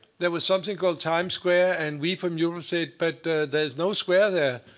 there was something called times square and we from europe said, but there's no square there.